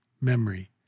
memory